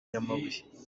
nyamabuye